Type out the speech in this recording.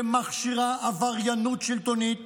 שמכשירה עבריינות שלטונית